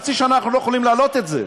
חצי שנה אנחנו לא יכולים להעלות את זה.